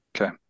Okay